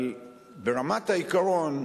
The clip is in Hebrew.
אבל ברמת העיקרון,